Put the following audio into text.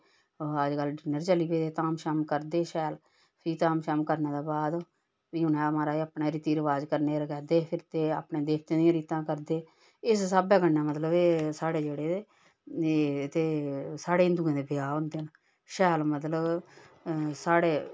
अजकल्ल डिनर चली पेदे धाम श्हाम करदे शैल फ्ही धाम श्हाम करने दे बाद फ्ही उ'नें म्हाराज अपने रिती रवाज करने रखैदे फिरदे अपने देवतें दी रीतां करदे इस स्हाबै कन्नै मतलब एह् साढ़े जेहड़े एह् ते साढ़े हिंदुएं दे ब्याह् होंदे न शैल मतलब साढ़े